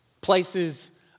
Places